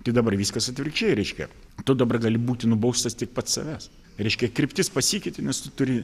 tai dabar viskas atvirkščiai reiškia tu dabar gali būti nubaustas tik pats savęs reiškia kryptis pasikeitė nes tu turi